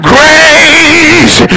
Grace